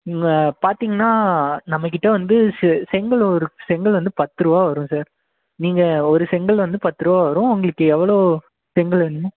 இங்கே பார்த்தீங்னா நம்ம கிட்டே வந்து செங்கல் ஒரு செங்கல் வந்து பத்து ரூபா வரும் சார் நீங்கள் ஒரு செங்கல் வந்து பத்து ரூபா வரும் உங்களுக்கு எவ்வளோ செங்கல் வேணும்